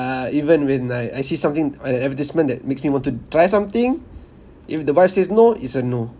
uh even when I I see something on an advertisement that makes me want to try something if the wife says no is a no